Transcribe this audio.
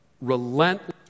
relentless